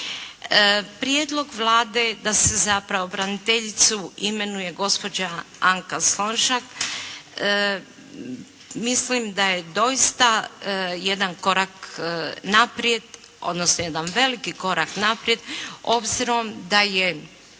Prijedlog Vlade da se za pravobraniteljicu imenuje gospođa Anka Slonjšak mislim da je doista jedan korak naprijed odnosno jedan veliki korak naprijed obzirom da je